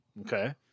Okay